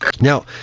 Now